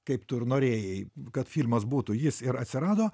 kaip tu ir norėjai kad filmas būtų jis ir atsirado